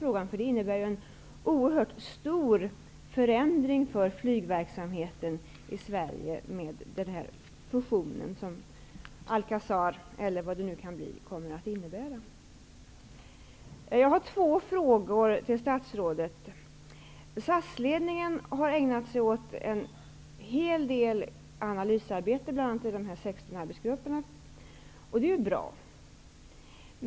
Fusionen, Alcazar, innebär en oerhört stor förändring för flygverksamheten i Sverige. Jag har några frågor till statsrådet. SAS ledning har ägnat sig åt en del analysarbete, bl.a. i 16 arbetsgrupper. Det är bra.